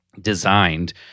designed